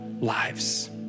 lives